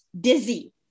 dizzy